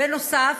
בנוסף,